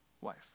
wife